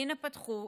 הינה פתחו,